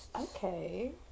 Okay